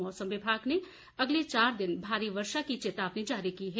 मौसम विभाग ने अगले चार दिन भारी बारिश की चेतावनी जारी की है